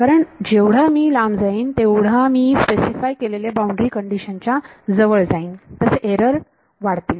कारण जेवढे मी लांब जाईन तेवढे मी स्पेसीफाय केलेल्या बाउंड्री कंडीशन च्या जवळ जाईन तसे एरर किंवा त्रुटी वाढतील